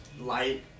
light